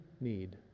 need